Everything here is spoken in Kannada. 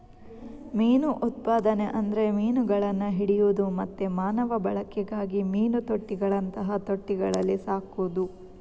ಮೀನು ಉತ್ಪಾದನೆ ಅಂದ್ರೆ ಮೀನುಗಳನ್ನ ಹಿಡಿಯುದು ಮತ್ತೆ ಮಾನವ ಬಳಕೆಗಾಗಿ ಮೀನು ತೊಟ್ಟಿಗಳಂತಹ ತೊಟ್ಟಿಗಳಲ್ಲಿ ಸಾಕುದು